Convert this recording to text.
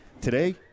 Today